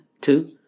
two